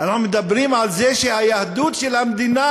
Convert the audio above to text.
אנחנו מדברים על זה שהיהדות של המדינה,